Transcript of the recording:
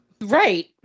Right